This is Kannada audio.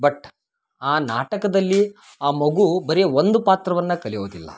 ಬಟ್ ಆ ನಾಟಕದಲ್ಲಿ ಆ ಮಗು ಬರೆ ಒಂದು ಪಾತ್ರವನ್ನ ಕಲಿಯೋದಿಲ್ಲ